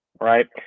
right